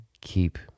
keep